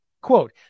Quote